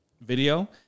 video